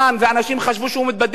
ואנשים חשבו שהוא מתבדח,